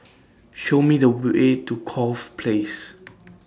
Show Me The Way to Corfe Place